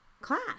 class